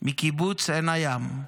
מקיבוץ עין הים,